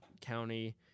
county